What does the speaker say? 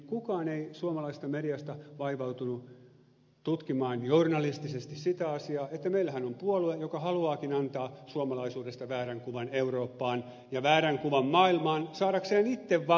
kukaan ei suomalaisista mediasta vaivautunut tutkimaan journalistisesti sitä asiaa että meillähän on puolue joka haluaakin antaa suomalaisuudesta väärän kuvan eurooppaan ja väärän kuvan maailmaan saadakseen itse valtaa täällä sisällä